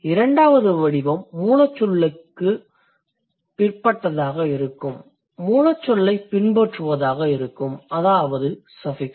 இரண்டாவது வடிவம் மூலச் சொல்லைப் பின்பற்றுவதாக இருக்கும் அதாவது சஃபிக்ஸ்